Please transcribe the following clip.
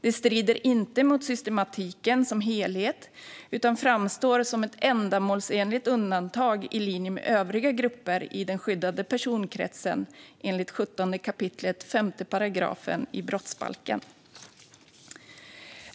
Det strider inte mot systematiken som helhet utan framstår som ett ändamålsenligt undantag i linje med övriga grupper i den skyddade personkretsen enligt 17 kap. 5 § brottsbalken.